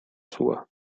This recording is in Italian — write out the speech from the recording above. sua